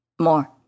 more